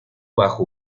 bajo